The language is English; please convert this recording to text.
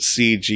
cg